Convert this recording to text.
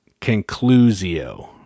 Conclusio